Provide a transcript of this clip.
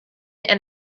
and